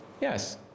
Yes